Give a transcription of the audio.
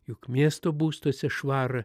juk miesto būstuose švarą